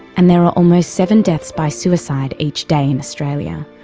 and there are almost seven deaths by suicide each day in australia.